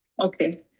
Okay